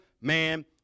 man